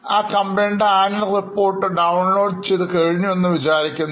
ആ കമ്പനിയുടെ Annual report download ചെയ്തു എന്ന് വിചാരിക്കുന്നു